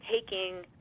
taking